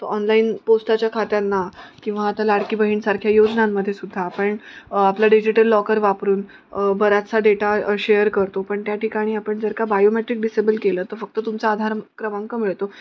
तो ऑनलाईन पोस्टाच्या खात्यांना किंवा आता लाडकी बहीणसारख्या योजनांमध्ये सुद्धा आपण आपला डिजिटल लॉकर वापरून बऱ्याचसा डेटा शेअर करतो पण त्या ठिकाणी आपण जर का बायोमेट्रिक डिसेबल केलं तर फक्त तुमचा आधार क्रमांक मिळतो